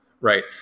Right